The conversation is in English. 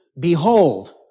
Behold